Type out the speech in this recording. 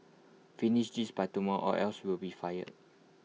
finish this by tomorrow or else you'll be fired